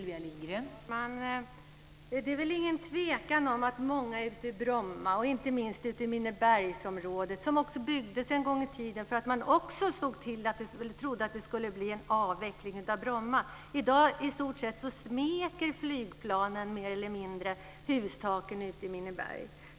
Fru talman! Det råder väl ingen tvekan om vad många tycker i Bromma och, inte minst i Minnebergsområdet - som också byggdes en gång i tiden i tron att det skulle bli en avveckling av Bromma. I dag smeker flygplanen mer eller mindre hustaken i Minneberg.